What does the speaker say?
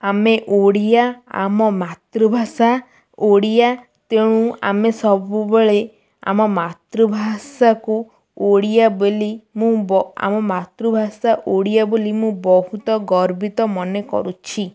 ଆମେ ଓଡ଼ିଆ ଆମ ମାତୃଭାଷା ଓଡ଼ିଆ ତେଣୁ ଆମେ ସବୁବେଳେ ଆମ ମାତୃଭାଷାକୁ ଓଡ଼ିଆ ବୋଲି ମୁଁ ବ ଆମ ମାତୃଭାଷା ଓଡ଼ିଆ ବୋଲି ମୁଁ ବହୁତ ଗର୍ବିତ ମନେ କରୁଛି